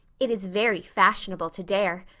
it is very fashionable to dare.